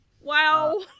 Wow